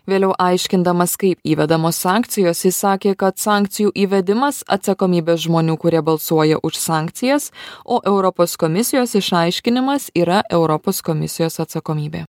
vėliau aiškindamas kaip įvedamos sankcijos jis sakė kad sankcijų įvedimas atsakomybės žmonių kurie balsuoja už sankcijas o europos komisijos išaiškinimas yra europos komisijos atsakomybė